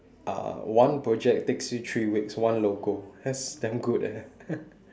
uh one project takes you three weeks one logo that's damn good eh